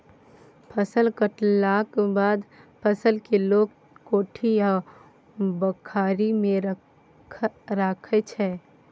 फसल कटलाक बाद फसल केँ लोक कोठी आ बखारी मे राखै छै